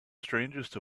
strangest